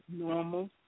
Normal